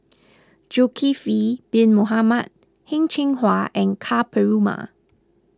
Zulkifli Bin Mohamed Heng Cheng Hwa and Ka Perumal